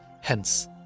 hence